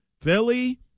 Philly